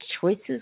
choices